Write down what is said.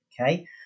Okay